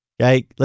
Okay